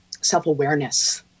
self-awareness